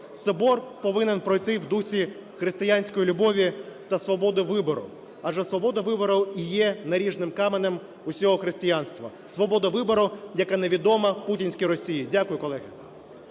Собор повинен пройти в дусі християнської любові та свободи вибору, адже свобода вибору і є наріжним каменем усього християнства, свобода вибору, яка невідома путінській Росії. Дякую, колеги.